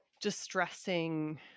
distressing